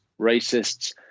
racists